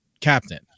captain